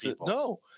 no